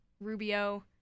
Rubio